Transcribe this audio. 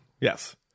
Yes